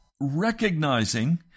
recognizing